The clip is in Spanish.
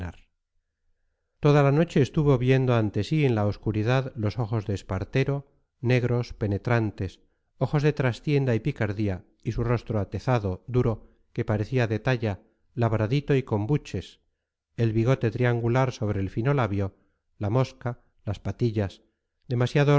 toda la noche estuvo viendo ante sí en la obscuridad los ojos de espartero negros penetrantes ojos de trastienda y picardía y su rostro atezado duro que parecía de talla labradito y con buches el bigote triangular sobre el fino labio la mosca las patillas demasiado